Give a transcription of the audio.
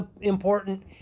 important